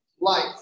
life